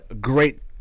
great